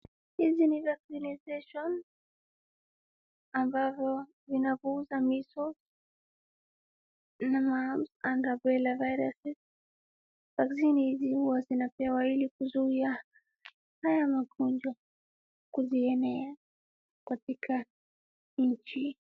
Hizi ni vaccinations ambazo zinapunguza measles na mumps and rubella viruses, vaccine hizi huwa zinapewa ili kuzuia haya magonjwa kuzienea katika nchi.